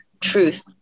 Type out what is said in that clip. truth